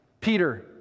Peter